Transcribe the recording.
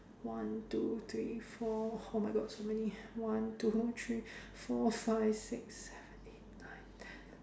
one two three four oh my god so many one two three four five six seven eight nine ten